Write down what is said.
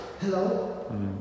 Hello